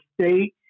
state